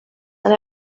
and